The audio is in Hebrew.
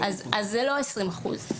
ב-40%.